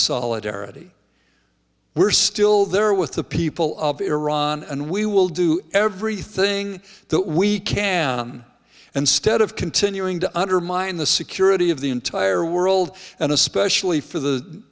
solidarity we're still there with the people of iran and we will do everything that we can and stead of continuing to undermine the security of the entire world and especially for the